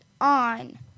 on